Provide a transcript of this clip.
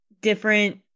different